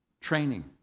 Training